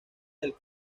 del